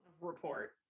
Report